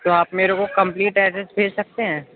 تو آپ میرے کو کمپلیٹ ایڈریس بھیج سکتے ہیں